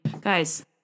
guys